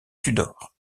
tudor